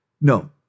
No